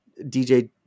DJ